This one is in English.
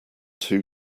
too